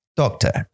doctor